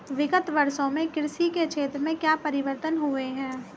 विगत वर्षों में कृषि के क्षेत्र में क्या परिवर्तन हुए हैं?